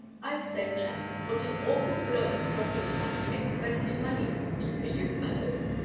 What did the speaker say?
i say, channing, what an awful blow the dropping of that expected money must be for you fellows!